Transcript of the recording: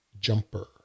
Jumper